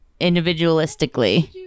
individualistically